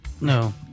No